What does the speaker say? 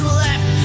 left